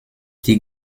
die